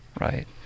Right